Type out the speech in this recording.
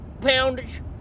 Poundage